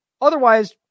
Otherwise